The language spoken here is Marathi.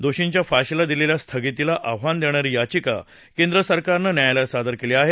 दोषींच्या फाशीला दिलेल्या स्थगितीला आव्हान देणारी याचिका केंद्र सरकारने न्यायालयात सादर केली आहे